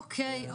אוקי.